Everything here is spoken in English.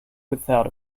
without